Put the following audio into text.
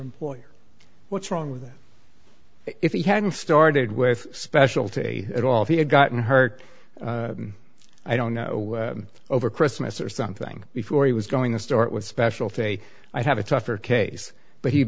employer what's wrong with that if he hadn't started with specialty at all if he had gotten hurt i don't know over christmas or something before he was going to start with special day i have a tougher case but he